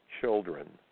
children